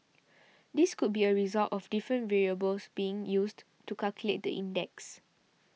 this could be a result of different variables being used to calculate the index